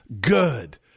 good